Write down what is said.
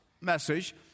Message